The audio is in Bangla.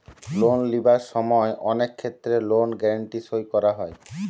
লোন লিবার সময় অনেক ক্ষেত্রে লোন গ্যারান্টি সই করা হয়